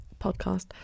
podcast